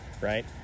right